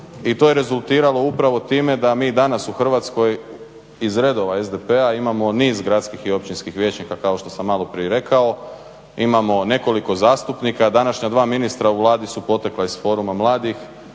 i to je rezultiralo upravo time da mi danas u Hrvatskoj iz redova SDP-a imamo niz gradskih i općinskih vijećnika kao što sam malo prije i rekao. Imamo nekoliko zastupnika. Današnja dva ministra u Vladi su potekla iz Foruma mladih.